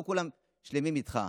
לא כולם שלמים איתך.